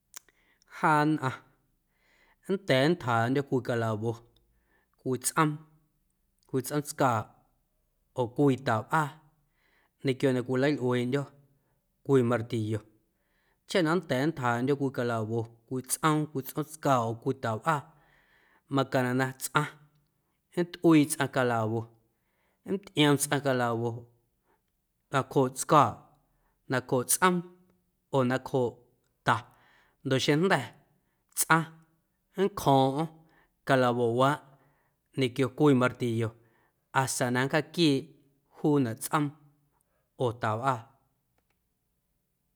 Jaa nnꞌaⁿ nnda̱a̱ nntjaaꞌndyo̱ cwii calawo cwii tsꞌoom, cwii tsꞌoomtscaaꞌ oo cwii tawꞌaa ñequio na cwilalꞌueeꞌndyo̱ cwii martillo chaꞌ na nnda̱a̱ nntjaaꞌndyo̱ cwii calawo cwii tsꞌoom, cwii tsꞌoomtscaaꞌ oo tawꞌaa macaⁿnaꞌ na tsꞌaⁿ nntꞌuii tsꞌaⁿ calawo nntꞌiom tsꞌaⁿ calawo nacjooꞌ tscaaꞌ, nacjooꞌ tsꞌoom oo nacjooꞌ ta ndoꞌ xeⁿjnda̱ tsꞌaⁿ nncjo̱o̱ⁿꞌo̱ⁿ calawowaaꞌ ñquio cwii martillo hasa na nncjaquieeꞌ juunaꞌ tsꞌoom oo tawꞌaa.